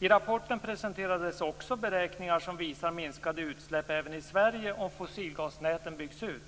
I rapporten presenteras också beräkningar som visar minskade utsläpp även i Sverige om fossilgasnäten byggs ut.